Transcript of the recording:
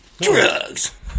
drugs